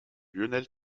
lionel